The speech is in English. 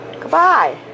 Goodbye